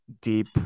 deep